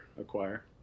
acquire